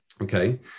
Okay